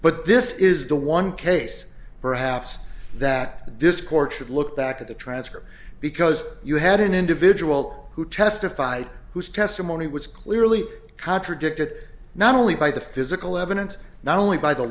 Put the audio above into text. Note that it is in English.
but this is the one case perhaps that this court should look back at the transcript because you had an individual who testified whose testimony was clearly contradicted not only by the physical evidence not only by the